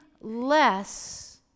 less